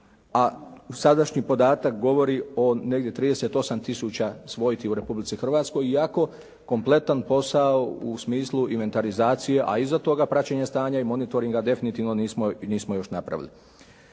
a sadašnji podatak govori o negdje 38 tisuća svojti u Republici Hrvatsko, iako kompletan posao u smislu inventarizacije, a iza toga i praćenje stanja i monitoringa, definitivno nismo još napravili.